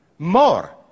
More